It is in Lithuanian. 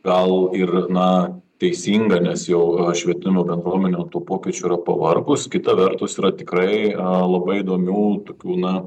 gal ir na teisinga nes jau švietimo bendruomenė nuo tų pokyčių yra pavargus kita vertus yra tikrai labai įdomių tokių na